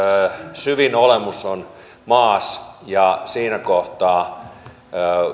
syvin olemus on maas ja siinä kohtaa